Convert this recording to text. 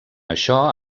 això